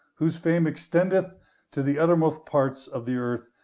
whose fame extendeth to the othermost parts of the earth,